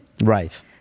Right